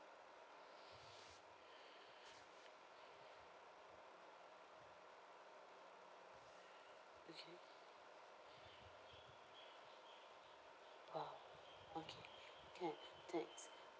!wah! okay can thanks